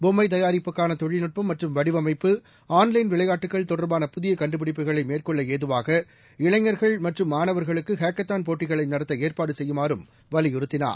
பொம்மை தயாரிப்புக்கான தொழில்நுட்பம் மற்றும் வடிவமைப்பு ஆன்லைன் விளையாட்டுகள் தொடர்பான புதிய கண்டுபிடிப்புகளை மேற்கொள்ள ஏதுவாகஇ இளைஞர்கள் மற்றும் மாணவர்களுக்கு ஹேக்கத்தான் போட்டிகளை நடத்த ஏற்பாடு செய்யுமாறும் வலியுறுத்தினார்